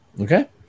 Okay